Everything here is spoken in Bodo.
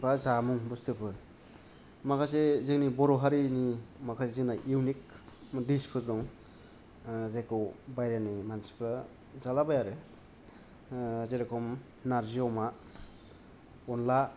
बा जामुं बुसथुफोर माखासे जोंनि बर'हारिनि माखासे जोंना इउनिक दिसफोर दं ओ जेखौ बायरानि मानसिफ्रा जाला बाया आरो ओ जेरेखम नार्जि अमा अनला